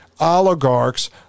oligarchs